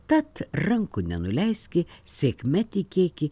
tad rankų nenuleiski sėkme tikėki